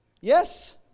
Yes